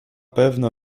pewno